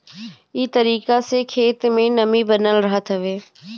इ तरीका से खेत में नमी बनल रहत हवे